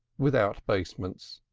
without basements,